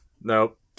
Nope